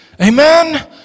Amen